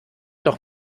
doch